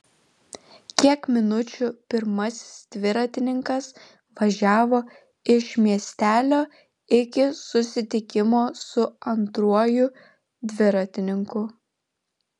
kiek minučių pirmasis dviratininkas važiavo iš miestelio iki susitikimo su antruoju dviratininku